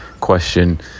question